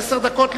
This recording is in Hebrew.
עשר דקות לרשותך.